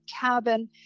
cabin